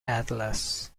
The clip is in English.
atlas